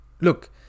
look